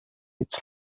its